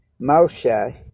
Moshe